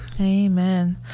Amen